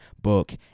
book